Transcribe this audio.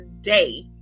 day